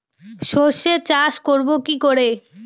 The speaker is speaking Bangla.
সর্ষে চাষ করব কি করে?